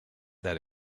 that